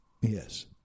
Yes